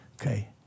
Okay